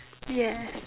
yeah